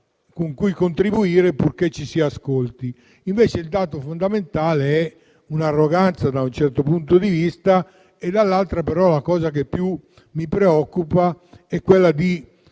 con cui contribuire, purché ci si ascolti. Invece il dato fondamentale è un'arroganza da un certo punto di vista. La cosa che più mi preoccupa è svilire i